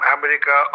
America